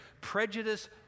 prejudice